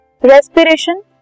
Respiration